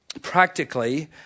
practically